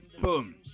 boom